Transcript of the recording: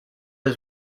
his